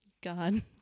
God